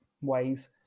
ways